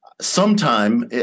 sometime